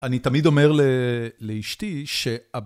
אני תמיד אומר לאשתי ש...